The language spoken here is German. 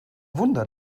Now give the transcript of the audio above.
wunder